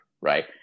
right